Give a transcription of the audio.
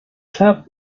club